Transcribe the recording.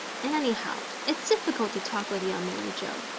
and anyhow, it's difficult to talk with young mary joe.